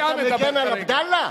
אתה מגן על עבדאללה?